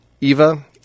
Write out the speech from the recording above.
Eva